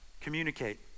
Communicate